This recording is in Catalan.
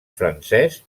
francès